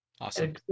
Awesome